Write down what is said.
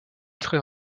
très